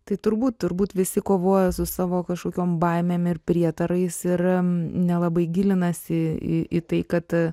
tai turbūt turbūt visi kovoja su savo kažkokiom baimėm ir prietarais ir nelabai gilinasi į tai kad